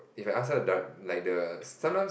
if I ask her dir~ like the sometimes